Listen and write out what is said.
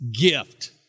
gift